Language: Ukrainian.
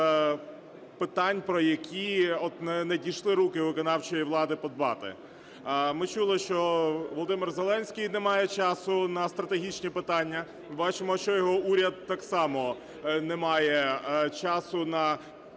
питань, про які не дійшли руки у виконавчої влади подбати. Ми чули, що Володимир Зеленський не має часу на стратегічні питання. Ми бачимо, що його уряд так само не має часу подумати,